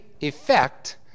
effect